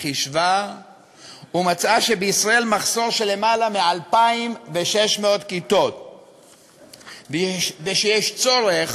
חישבה ומצאה שבישראל מחסור של למעלה מ-2,600 כיתות ושיש צורך